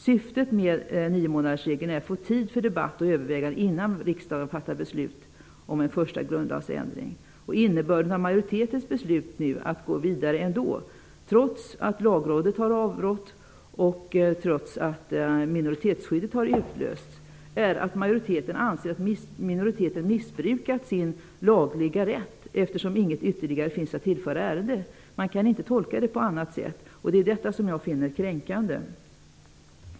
Syftet med niomånadersregeln är att man skall få tid för debatt och överväganden innan riksdagen fattar beslut om en första grundlagsändring. Innebörden av majoritetens beslut att gå vidare trots att Lagrådet har avrått och trots att minoritetsskyddet har utlösts är att majoriteten anser att minoriteten har missbrukat sin lagliga rätt, eftersom inget ytterligare finns att tillföra ärendet. Jag kan inte tolka det på annat sätt, och det är detta som jag finner kränkande.